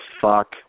fuck